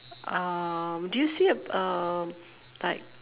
uh do you see uh like